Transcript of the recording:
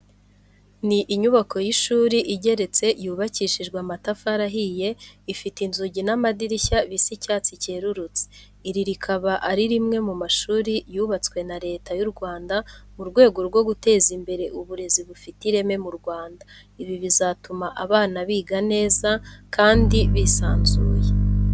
Ni inyubako y'ishuri igeretse yubakishijwe amatafari ahiye, ifite inzugi n'amadirishya bisa icyatsi cyerurutse. Iri rikaba ari rimwe mu mashuri yubatwe na Leta y'u Rwanda mu rwego rwo guteza imbere uburezi bufite ireme mu Rwanda. Ibi bizatuma abana biga neza kandi bisanzuye.